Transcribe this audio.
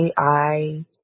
AI